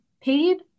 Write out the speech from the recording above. paid